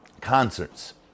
concerts